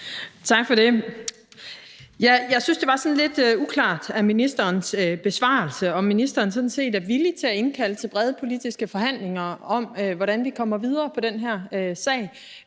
Tak for det. Jeg synes, det var sådan lidt uklart i ministerens besvarelse, om ministeren er villig til at indkalde til brede politiske forhandlinger om, hvordan vi kommer videre i den her sag.